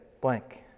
blank